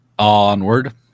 Onward